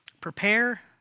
prepare